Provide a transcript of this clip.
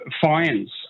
fines